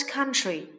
Country